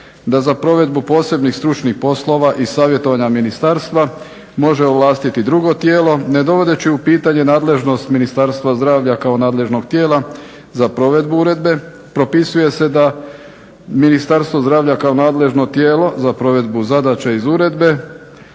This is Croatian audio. da za provedbu posebnih stručnih poslova i savjetovanja ministarstva može ovlastiti drugo tijelo, ne dovodeći u pitanje nadležnost Ministarstva zdravlja kao nadležnog tijela za provedbu uredbe. Propisuje se da Ministarstvo zdravlja kao nadležno tijelo za provedbu zadaća iz Uredbe